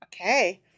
okay